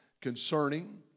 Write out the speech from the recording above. concerning